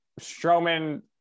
Strowman